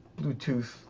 Bluetooth